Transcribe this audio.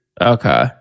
Okay